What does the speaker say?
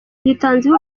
yitanzeho